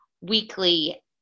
weekly